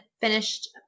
finished